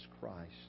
Christ